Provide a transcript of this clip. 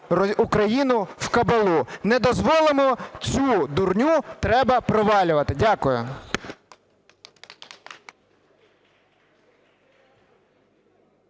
Україну в кабалу. Не дозволимо, цю дурню треба провалювати. Дякую.